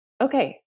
okay